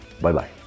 Bye-bye